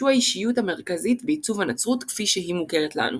שהוא האישיות המרכזית בעיצוב הנצרות כפי שהיא מוכרת לנו.